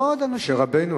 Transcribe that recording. ועוד רבים,